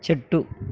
చెట్టు